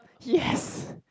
he has